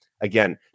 Again